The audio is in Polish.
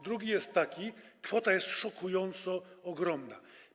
Drugi powód jest taki: kwota jest szokująco ogromna.